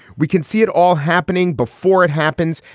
we can see it all happening before it happens.